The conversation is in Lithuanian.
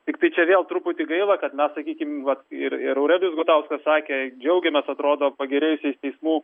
tiktai čia vėl truputį gaila kad na sakykim vat ir ir aurelijus gutauskas sakė džiaugiamės atrodo pagerėjusiais teimų